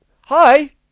Hi